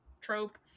trope